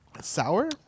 Sour